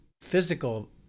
physical